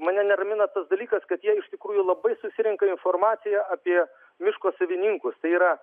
mane neramina tas dalykas kad jie iš tikrųjų labai susirenka informaciją apie miško savininkus tai yra